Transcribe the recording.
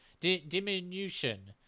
diminution